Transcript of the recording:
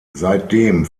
seitdem